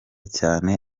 cyane